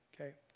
okay